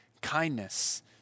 kindness